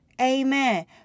Amen